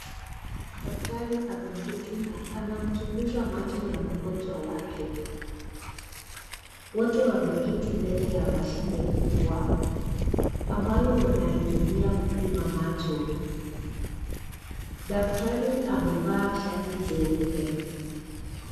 Daktari ameketi na anamchunguza macho ya mgonjwa wake. Wote wameketi mbele ya mashine kubwa, ambayo wanaitumia kupima macho. Daktari amevaa shati jeupe.